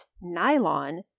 nylon